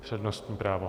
Přednostní právo.